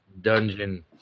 dungeon